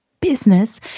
business